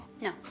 No